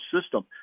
system